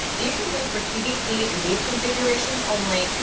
these are made for qvc in these configurations only.